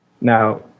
Now